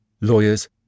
Lawyers